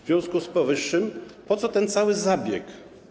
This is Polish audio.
W związku z powyższym po co ten cały zabieg?